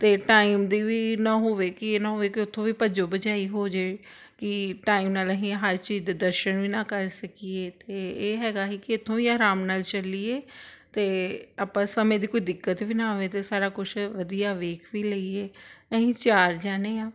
ਅਤੇ ਟਾਈਮ ਦੀ ਵੀ ਨਾ ਹੋਵੇ ਕਿ ਇਹ ਨਾ ਹੋਵੇ ਕਿ ਉੱਥੋਂ ਵੀ ਭੱਜੋ ਭਜਾਈ ਹੋ ਜੇ ਕਿ ਟਾਈਮ ਨਾਲ ਅਸੀਂ ਹਰ ਚੀਜ਼ ਦੇ ਦਰਸ਼ਨ ਵੀ ਨਾ ਕਰ ਸਕੀਏ ਅਤੇ ਇਹ ਹੈਗਾ ਸੀ ਕਿ ਇੱਥੋਂ ਹੀ ਆਰਾਮ ਨਾਲ ਚੱਲੀਏ ਅਤੇ ਆਪਾਂ ਸਮੇਂ ਦੀ ਕੋਈ ਦਿੱਕਤ ਵੀ ਨਾ ਆਵੇ ਅਤੇ ਸਾਰਾ ਕੁਝ ਵਧੀਆ ਵੇਖ ਵੀ ਲਈਏ ਅਸੀਂ ਚਾਰ ਜਣੇ ਆ